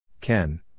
Ken